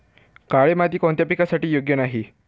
काळी माती कोणत्या पिकासाठी योग्य नाही?